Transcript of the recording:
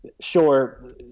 sure